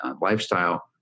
lifestyle